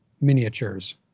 miniatures